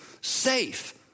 safe